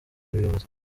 buyobozi